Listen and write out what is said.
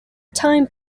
time